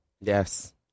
Yes